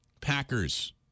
Packers